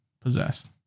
Possessed